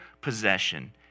possession